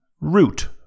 Root